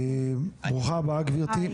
ברוכה הבאה גברתי.